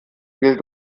viel